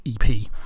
EP